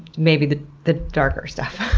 maybe the the darker stuff.